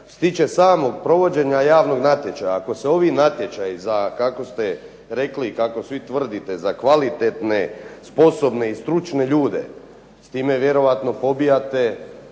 tiče samog provođenja javnog natječaja, ako se ovi natječaji za, kako ste rekli i kako svi tvrdite za kvalitetne, sposobne i stručne ljude, s time vjerojatno pobijate